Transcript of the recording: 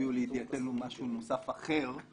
הביאו לידיעתנו משהו נוסף אחר,